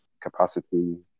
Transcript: capacity